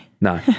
No